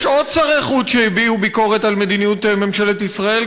יש עוד שרי חוץ שהביעו ביקורת על מדיניות ממשלת ישראל,